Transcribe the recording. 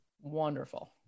Wonderful